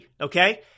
okay